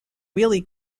really